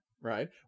right